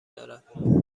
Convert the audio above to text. دارد